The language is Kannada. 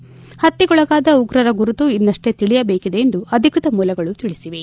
ಪತ್ಕೆಗೊಳಗಾದ ಉಗ್ರರ ಗುರುತು ಇನ್ನಷ್ಟೇ ತಿಳಿಯಬೇಕಿದೆ ಎಂದು ಅಧಿಕೃತ ಮೂಲಗಳು ತಿಳಿಸಿವೆ